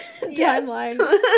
timeline